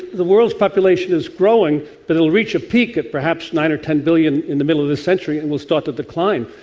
the world's population is growing, but it will reach a peak at perhaps nine billion or ten billion in the middle of this century and will start to decline.